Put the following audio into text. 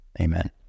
Amen